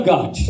God